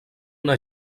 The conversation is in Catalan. una